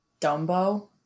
Dumbo